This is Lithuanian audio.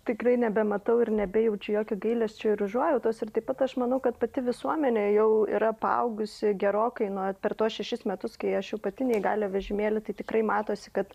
tikrai nebematau ir nebejaučiu jokio gailesčio ir užuojautos ir taip pat aš manau kad pati visuomenė jau yra paaugusi gerokai nuo per tuos šešis metus kai aš jau pati neįgaliojo vežimėly tai tikrai matosi kad